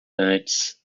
antes